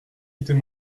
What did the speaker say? était